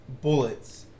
bullets